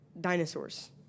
dinosaurs